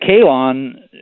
Kalon